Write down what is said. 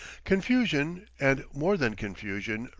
confusion, and more than confusion,